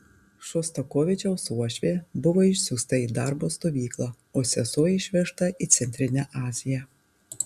šostakovičiaus uošvė buvo išsiųsta į darbo stovyklą o sesuo išvežta į centrinę aziją